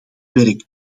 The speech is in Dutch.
werk